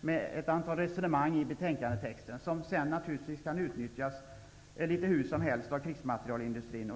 med ett antal resonemang i betänkandetexten, som sedan naturligtvis kan utnyttjas litet hur som helst av krigsmaterielindustrin.